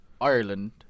Ireland